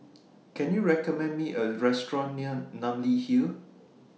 Can YOU recommend Me A Restaurant near Namly Hill